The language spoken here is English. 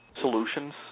solutions